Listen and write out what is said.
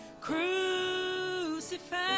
Crucified